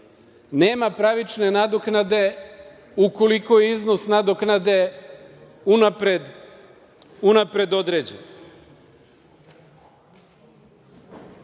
Nema pravične nadoknade ukoliko je iznos nadoknade unapred određen. Što